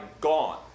gone